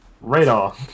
Radar